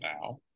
now